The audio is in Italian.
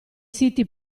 siti